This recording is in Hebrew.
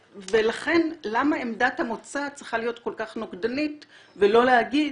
ולכן למה עמדת המוצא צריכה להיות כל כך נוגדנית ולא להגיד,